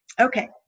okay